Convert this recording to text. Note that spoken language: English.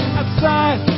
outside